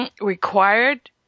required